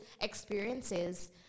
experiences